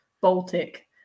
Baltic